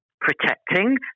protecting